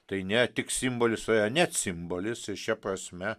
tai nėra tik simbolis o yra net simbolis ir šia prasme